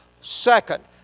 second